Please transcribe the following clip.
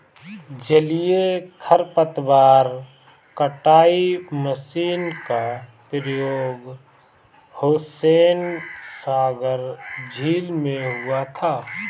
जलीय खरपतवार कटाई मशीन का प्रयोग हुसैनसागर झील में हुआ था